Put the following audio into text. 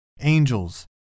Angels